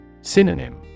Synonym